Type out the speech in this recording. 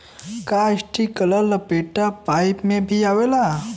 का इस्प्रिंकलर लपेटा पाइप में भी आवेला?